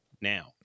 Now